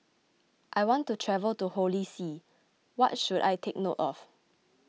I want to travel to Holy See what should I take note of